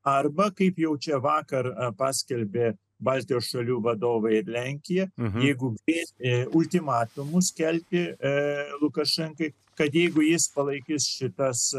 arba kaip jau čia vakar paskelbė baltijos šalių vadovai lenkija jeigu į ultimatumus kelti lukašenkai kad jeigu jis palaikys šitas